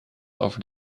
over